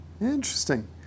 Interesting